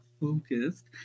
focused